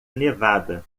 nevada